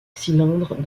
cylindres